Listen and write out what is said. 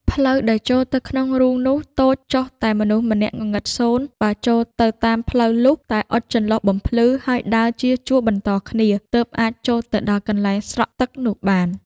ផ្លូវ ដែលចូលទៅក្នុងរូងនោះតូចចុះតែមនុស្សម្នាក់ងងឹតសូន្យ, បើចូលទៅតាមផ្លូវលុះតែអុជចន្លុះបំភ្លឺ ហើយដើរ ជាជួរបន្តគ្នា ទើបអាចចូលទៅដល់កន្លែងស្រក់ទឹកនោះបាន ។